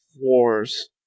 wars